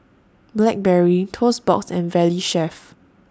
Blackberry Toast Box and Valley Chef